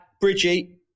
Bridgie